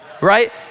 right